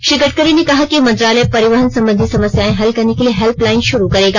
श्री गडकरी ने कहा कि मंत्रालय परिवहन संबंधी समस्याएं हल करने के लिए हेल्पलाइन शुरू करेगा